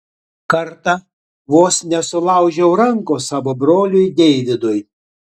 kartą vos nesulaužiau rankos savo broliui deividui